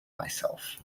myself